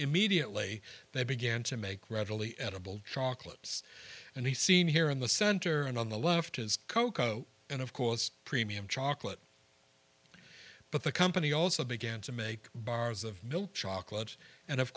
immediately they began to make readily edible chocolates and he seen here in the center and on the left is cocoa and of course premium chocolate but the company also began to make bars of milk chocolate and of